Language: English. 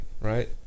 right